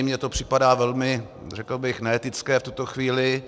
Mně to připadá velmi, řekl bych, neetické v tuto chvíli.